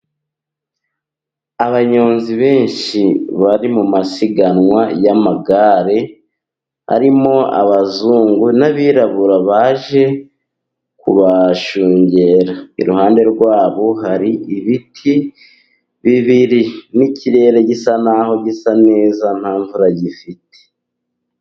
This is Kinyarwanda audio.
Abanyonzi benshi bari mu masiganwa y'amagare. Harimo abazungu n'abirabura baje kubashungera. Iruhande rwabo hari ibiti bibiri n'ikirere gisa n'aho gisa neza nta mvura gifite.